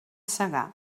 segar